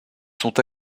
sont